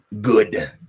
good